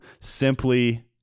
simply